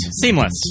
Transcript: Seamless